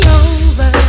over